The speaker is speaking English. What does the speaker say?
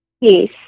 Yes